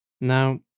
Now